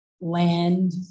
land